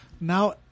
Now